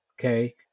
okay